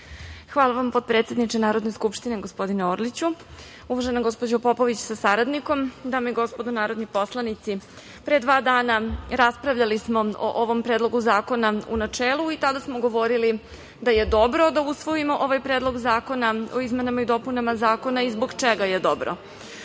Hvala vam, potpredsedniče Narodne skupštine. Uvažena gospođo Popović sa saradnikom, dame i gospodo narodni poslanici, pre dva dana raspravljali smo o ovom Predlogu zakona u načelu i tada smo govorili da je dobro da usvojimo ovaj Predlog zakona o izmenama i dopunama Zakona i zbog čega je dobro. Ono